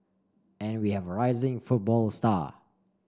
and we have a rising football star